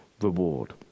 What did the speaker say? reward